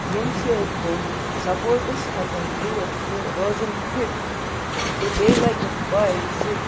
ییٚمہِ سۭتۍ تِم سَپوٹٕس ہٮ۪کَن گِنٛدِتھ تہٕ روزَن فِٹ تہٕ بیٚیہِ لَگَٮ۪کھ پَے زِ